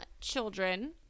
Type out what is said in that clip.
children